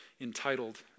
entitled